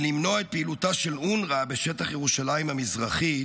הן למנוע את פעילותה של אונר"א בשטח ירושלים המזרחית,